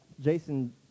jason